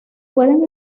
pueden